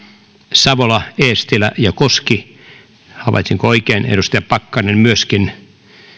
savola eestilä ja koski havaitsinko oikein edustaja pakkanen myöskin